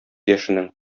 яшенең